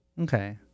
Okay